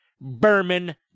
Berman